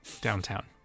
downtown